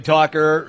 Talker